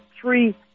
three